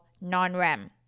non-REM